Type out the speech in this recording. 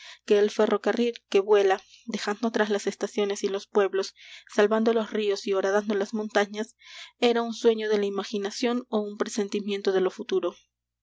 que el ferrocarril que vuela dejando atrás las estaciones y los pueblos salvando los ríos y horadando las montañas era un sueño de la imaginación ó un presentimiento de lo futuro